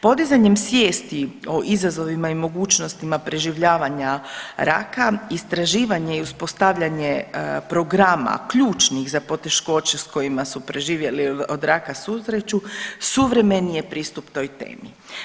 Podizanjem svijesti o izazovima i mogućnostima preživljavanja raka, istraživanje i uspostavljanje programa ključnih za poteškoće s kojima su preživjeli od raka susreću suvremeni je pristup toj temi.